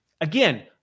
again